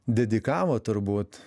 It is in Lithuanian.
dedikavo turbūt